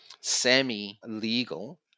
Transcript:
semi-legal